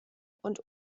und